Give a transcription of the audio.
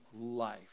life